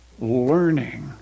learning